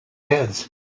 heads